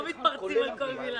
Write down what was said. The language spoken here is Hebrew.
לא מתפרצים על כל מילה.